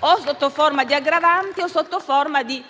o sotto forma di aggravanti o sotto forma di